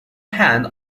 hand